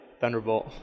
Thunderbolt